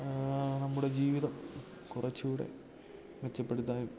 നമ്മുടെ ജീവിതം കുറച്ചൂകൂടി മെച്ചപ്പെടുത്താനും